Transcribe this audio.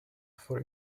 for